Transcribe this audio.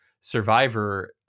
Survivor